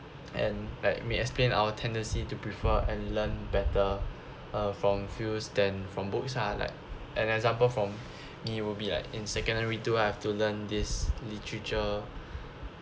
and let me explain our tendency to prefer and learn better uh from fields than from books ah like an example from me would be like in secondary two I have to learn this literature